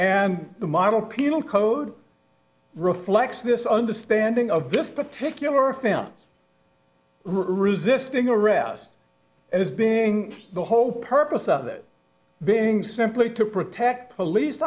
and the model penal code reflects this understanding of this particular offense resisting arrest as being the whole purpose of it being simply to protect police